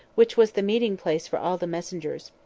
which was the meeting-place for all the messengers.